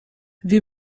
wir